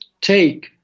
take